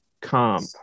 comp